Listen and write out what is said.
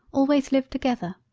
always lived together.